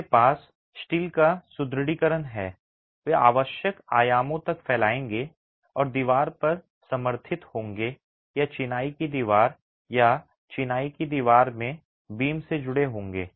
उनके पास स्टील का सुदृढीकरण है वे आवश्यक आयामों तक फैलाएंगे और दीवारों पर समर्थित होंगे या चिनाई की दीवार या चिनाई की दीवार में बीम से जुड़े होंगे